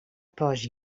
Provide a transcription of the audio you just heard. pas